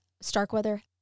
Starkweather